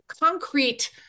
concrete